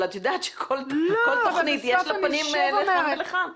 אבל את יודעת שלכל תוכנית יש פנים לכאן ולכאן.